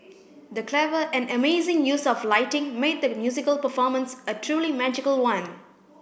the clever and amazing use of lighting made the musical performance a truly magical one